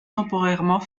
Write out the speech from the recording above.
temporairement